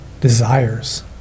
desires